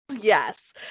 yes